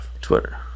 Twitter